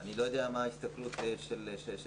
אני לא יודע מה ההסתכלות של אנשים,